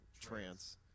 trance